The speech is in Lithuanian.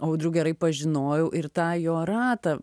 audrių gerai pažinojau ir tą jo ratą